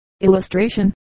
Illustration